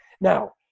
Now